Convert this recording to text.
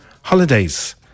holidays